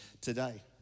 today